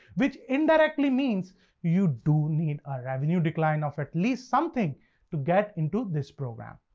which indirectly means you do need a revenue decline of at least something to get into this program.